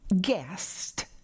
guest